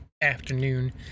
afternoon